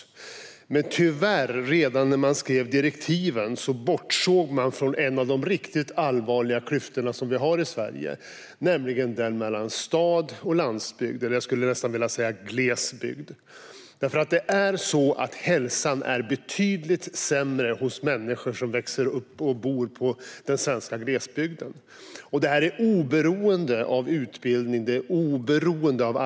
Tyvärr bortsåg man dock redan när man skrev direktiven från en av de riktigt allvarliga klyftor som vi har i Sverige, nämligen den mellan stad och landsbygd - eller glesbygd, skulle jag nästan vilja säga. Hälsan är betydligt sämre hos människor som växer upp och bor i den svenska glesbygden, och detta är oberoende av utbildning och arbete.